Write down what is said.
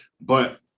But-